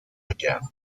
again